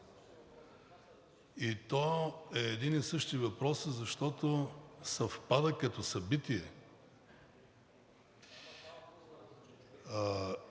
и то е един и същи въпросът, защото съвпада като събитие.